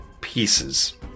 pieces